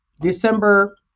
December